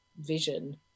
vision